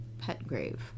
Petgrave